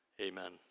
Amen